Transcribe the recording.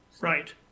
right